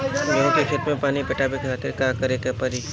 गेहूँ के खेत मे पानी पटावे के खातीर का करे के परी?